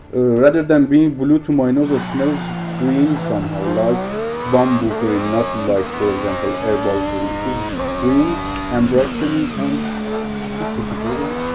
rather than being blue to my and other smells green somehow like bamboo green not like for example herbal green it is green ambroxany and citrusy fragrance